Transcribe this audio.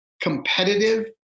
competitive